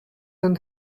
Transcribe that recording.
and